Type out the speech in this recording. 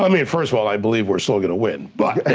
i mean first of all, i believe we're still gonna win, but.